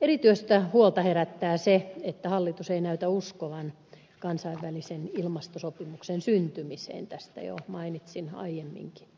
erityistä huolta herättää se että hallitus ei näytä uskovan kansainvälisen ilmastosopimuksen syntymiseen tästä jo mainitsin aiemminkin